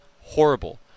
horrible